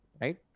right